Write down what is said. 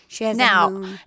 Now